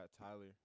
Tyler